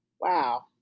Wow